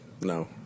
No